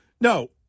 No